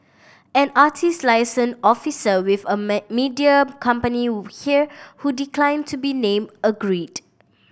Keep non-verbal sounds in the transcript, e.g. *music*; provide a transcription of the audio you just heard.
an artist liaison officer with a *unintelligible* media company here who declined to be named agreed